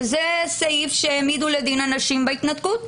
שזה סעיף שהעמידו לדין אנשים בהתנתקות,